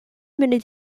munud